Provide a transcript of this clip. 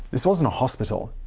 this wasn't a hospital.